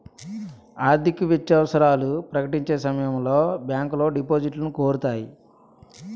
ఆర్థికత్యవసరాలు ప్రకటించే సమయంలో బ్యాంకులో డిపాజిట్లను కోరుతాయి